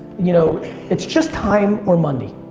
you know it's just time or money.